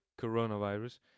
coronavirus